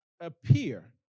appear